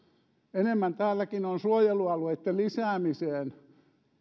enemmän täälläkin on suojelualueitten lisäämiseen